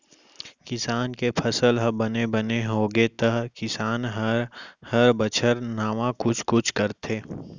किसान के फसल ह बने बने होगे त किसान ह हर बछर नावा कुछ कुछ करथे